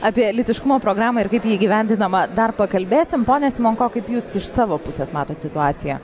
apie lytiškumo programą ir kaip ji įgyvendinama dar pakalbėsim pone simonko kaip jūs iš savo pusės matot situaciją